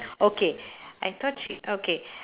okay I thought sh~ okay